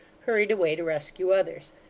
hurried away to rescue others.